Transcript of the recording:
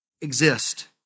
exist